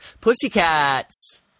Pussycats